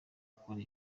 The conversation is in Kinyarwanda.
akora